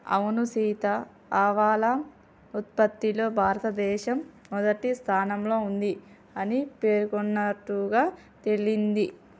అవును సీత ఆవాల ఉత్పత్తిలో భారతదేశం మొదటి స్థానంలో ఉంది అని పేర్కొన్నట్లుగా తెలింది